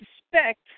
suspect